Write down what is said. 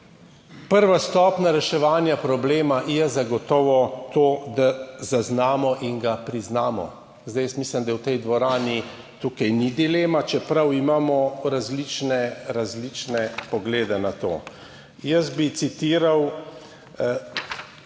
Prva stopnja reševanja problema je zagotovo to, da zaznamo in ga priznamo. Zdaj jaz mislim, da v tej dvorani tukaj ni dilema, čeprav imamo različne poglede na to. Jaz bi citiral